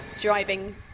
driving